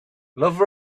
love